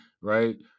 right